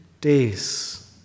days